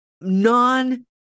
non